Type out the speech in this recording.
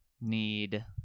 need